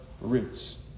roots